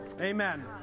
Amen